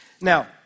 Now